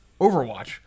Overwatch